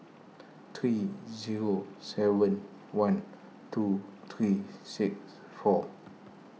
three zero seven one two three six four